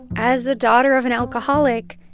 as the daughter of an alcoholic,